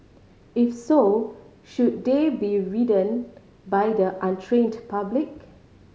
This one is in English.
if so should they be ridden by the untrained public